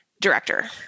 director